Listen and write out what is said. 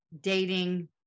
dating